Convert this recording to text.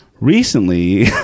recently